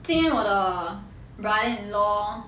今天我的 brother in law